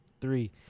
Three